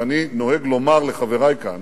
ואני נוהג לומר לחברי כאן